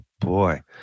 boy